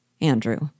Andrew